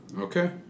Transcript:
Okay